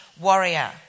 warrior